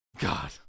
God